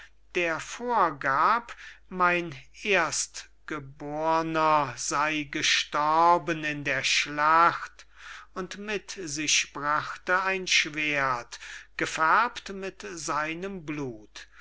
der vorgab mein erstgebohrner sey gestorben in der schlacht und mit sich brachte ein schwerdt gefärbt mit seinem blut